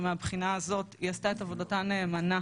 והמבחינה הזאת היא עשתה את עבודתה נאמנה.